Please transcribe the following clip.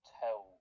tell